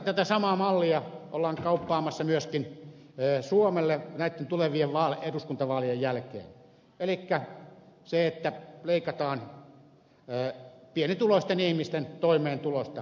tätä samaa mallia ollaan kauppaamassa myöskin suomelle näitten tulevien eduskuntavaalien jälkeen elikkä leikataan pienituloisten ihmisten toimeentulosta